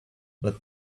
what